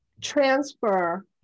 transfer